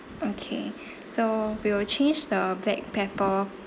okay so we will change the black pepper